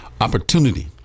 opportunity